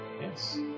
Yes